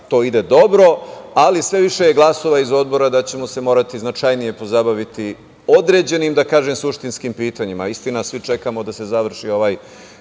to ide dobro, ali sve je više glasova iz Odbora da ćemo se morati značajnije pozabaviti određenim suštinskim pitanjima. Istina, svi čekamo da se završi ovaj